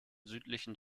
südlichen